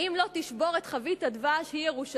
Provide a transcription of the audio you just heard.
האם לא תשבור את חבית הדבש, היא ירושלים,